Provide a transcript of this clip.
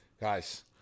Guys